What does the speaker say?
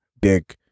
big